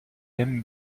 aime